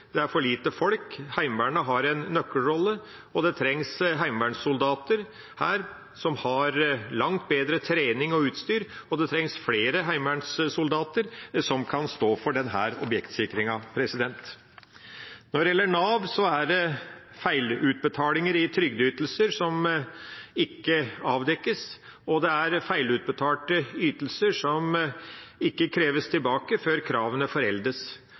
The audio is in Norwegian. Det er for lite folk. Heimevernet har en nøkkelrolle, det trengs heimevernssoldater her som har langt bedre trening og utstyr, og det trengs flere heimevernssoldater som kan stå for objektsikringen. Når det gjelder Nav, er det feilutbetalinger i trygdeytelser som ikke avdekkes, og det er feilutbetalte ytelser som ikke kreves tilbake før kravene